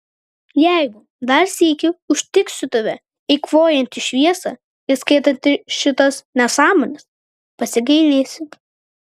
jeigu dar sykį užtiksiu tave eikvojantį šviesą ir skaitantį šitas nesąmones pasigailėsi